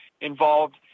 involved